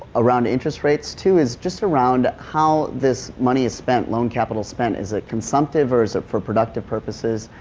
around interest rates, two is just around how this money is spent? loan capital spent? is it consumptive or is it for productive purposes?